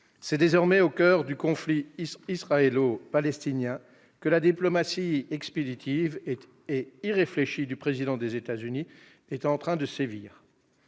c'est désormais au coeur du conflit israélo-palestinien que la diplomatie expéditive et irréfléchie du Président des États-Unis est en train de sévir.